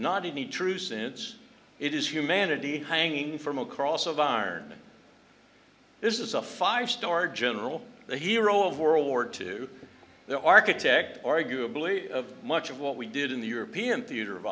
not a need true since it is humanity hanging from a cross of on this is a five star general the hero of world war two the architect arguably of much of what we did in the european theater of